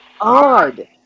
odd